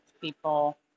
people